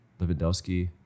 Lewandowski